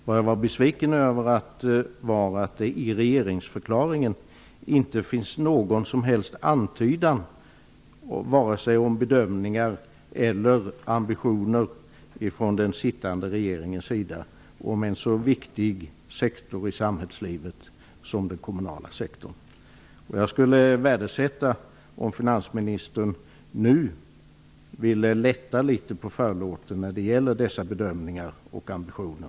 Vad jag var besviken över var att det i regeringsförklaringen inte finns någon som helst antydan vare sig om bedömningar eller om ambitioner från den sittande regeringens sida när det gäller en så viktig sektor i samhällslivet som den kommunala sektorn. Jag skulle värdesätta om finansministern nu ville lätta litet på förlåten när det gäller dessa bedömningar och ambitioner.